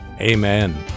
Amen